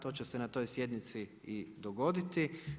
To će se na toj sjednici i dogoditi.